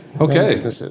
Okay